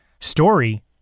story